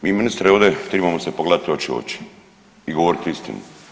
Mi ministre ovdje tribamo se pogledati oči u oči i govoriti istinu.